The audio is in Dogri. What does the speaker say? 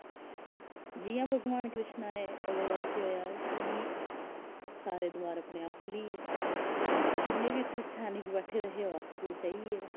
जि'यां भगवान कृष्ण आए ओह्दे बाद केह् होया कि सारे द्वार अपने आप खु'ल्ली गे जि'न्ने बी उत्थें सैनिक बैठे दे ओह् आपूं सेई गे